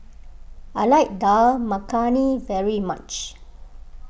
I like Dal Makhani very much